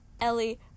Ellie